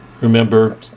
Remember